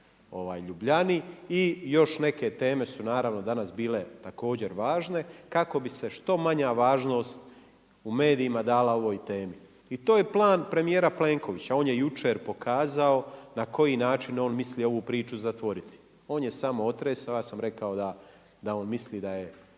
i još neke teme su naravno danas bile također važne kako bi se što manja važnost u medijima dale u ovoj temi. I to je plan premijera Plenkovića. On je jučer pokazao na koji način je on mislio ovu priču zatvoriti. On je samo otresao, ja sam rekao da on misli da je